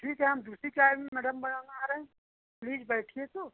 ठीक है हम दूसरी चाय हम मैडम बनवा रहे हैं प्लीज बैठिए तो